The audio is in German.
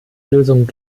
lösung